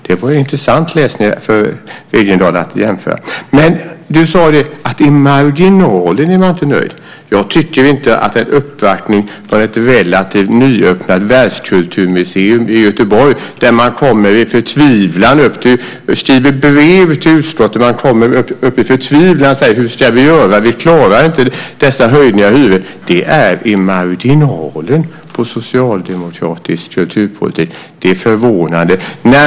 Det vore en intressant läsning för Wegendal att jämföra. Du sade att i marginalen är man inte nöjd. Det handlar om en uppvaktning från ett relativt nyöppnat världskulturmuseum i Göteborg, där man kommer i förtvivlan och skriver brev till utskottet och säger: Hur ska vi göra? Vi klarar inte dessa höjningar av hyrorna. Det är i marginalen av socialdemokratisk kulturpolitik. Det är förvånande.